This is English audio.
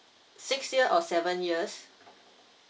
six years or seven years